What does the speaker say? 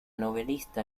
novelista